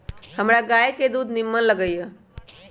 हमरा गाय के दूध निम्मन लगइय